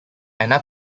anna